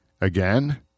again